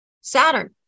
Saturn